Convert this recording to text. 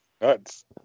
nuts